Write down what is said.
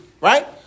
right